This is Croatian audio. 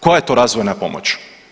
Koja je to razvojna pomoć?